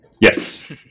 Yes